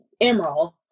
emerald